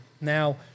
Now